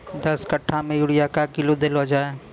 दस कट्ठा मे यूरिया क्या किलो देलो जाय?